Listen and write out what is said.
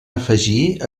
afegir